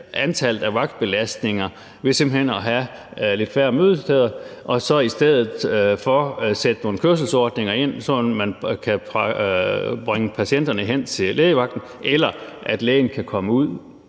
antallet af vagtbelastninger ved simpelt hen at have lidt færre mødesteder, og at man så i stedet for sætter nogle kørselsordninger ind, så man kan bringe patienterne hen til lægevagten, eller at lægen kan komme ud